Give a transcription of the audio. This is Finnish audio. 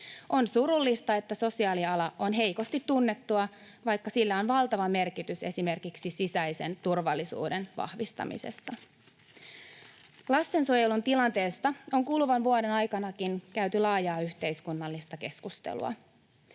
On surullista, että sosiaaliala on heikosti tunnettua, vaikka sillä on valtava merkitys esimerkiksi sisäisen turvallisuuden vahvistamisessa. Lastensuojelun tilanteesta on kuluvan vuoden aikanakin käyty laajaa yhteiskunnallista keskustelua.